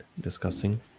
discussing